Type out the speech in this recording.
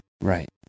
Right